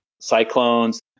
cyclones